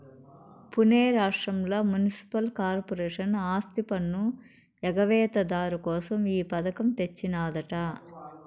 పునే రాష్ట్రంల municipal corporation ఆస్తిపన్ను ఎగవేత దారు కోసం ఈ పథకం తెచ్చినాదట